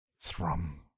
thrum